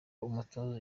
umutozo